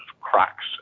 cracks